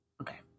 Okay